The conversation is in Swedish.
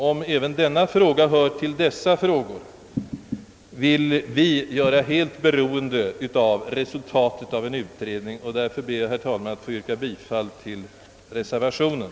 Om även denna fråga hör dit vill vi göra beroende av resultatet av en utredning. Därför ber jag, herr talman, att få yrka bifall till reservationen.